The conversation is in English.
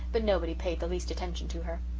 but nobody paid the least attention to her.